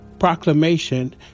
proclamation